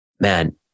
man